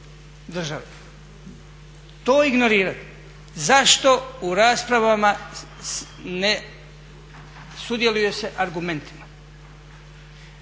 To ignorirati, zašto u raspravama ne sudjeluje se argumentima?